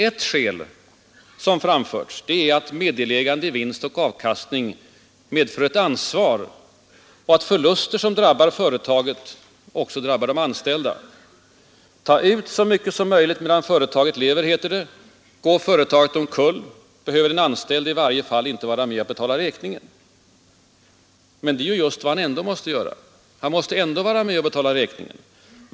Ett skäl som framförts är att meddelägande i vinst och avkastning medför ett ansvar och att förluster som drabbat företaget också drabbar de anställda. Ta ut så mycket som möjligt medan företaget lever, heter det. Går företaget omkull, behöver den anställde i varje fall inte vara med om att betala räkningen. Men det är just vad han ändå måste göra — han måste ändå vara med och betala räkningen.